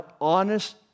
honest